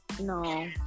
No